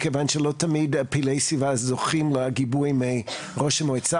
מכיוון שלא תמיד פעילי סביבה זוכים לגיבוי מראש המועצה.